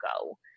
go